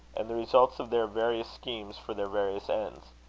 and the results of their various schemes for their various ends.